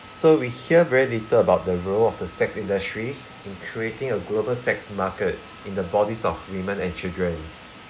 so we hear very little about the role of the sex industry in creating a global sex market in the bodies of women and children